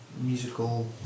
musical